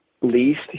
least